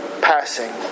passing